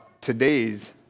today's